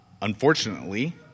unfortunately